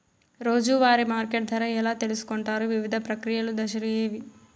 రోజూ వారి మార్కెట్ ధర ఎలా తెలుసుకొంటారు వివిధ ప్రక్రియలు దశలు ఏవి?